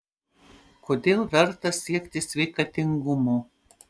kodėl verta siekti sveikatingumo